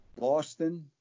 Boston